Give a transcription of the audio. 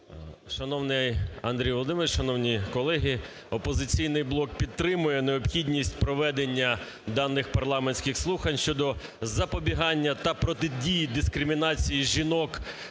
Шановний Андрій Володимирович! Шановні колеги! "Опозиційний блок" підтримує необхідність проведення даних парламентських слухань щодо запобігання та протидії дискримінації жінок